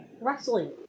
Wrestling